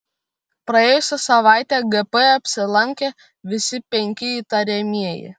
praėjusią savaitę gp apsilankė visi penki įtariamieji